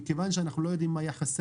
מכיוון שאנחנו לא יודעים מה יחסי